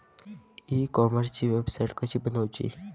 E कॉमर्सची website कशी बनवची?